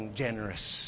generous